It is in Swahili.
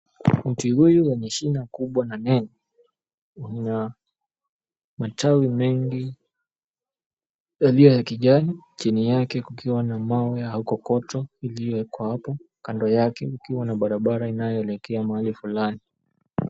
Mti huyu wenye shina kubwa na nene, una matawi mengi yaliyo ya kijani chini yake kukiwa na mawe ya kokoto iliyowekwa hapo. Kando yake kukiwa na barabara inayoelekea mahali fulani.